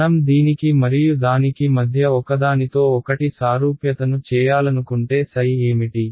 మనం దీనికి మరియు దానికి మధ్య ఒకదానితో ఒకటి సారూప్యతను చేయాలనుకుంటే ఏమిటి